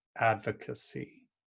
advocacy